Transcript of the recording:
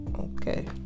okay